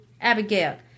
Abigail